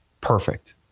perfect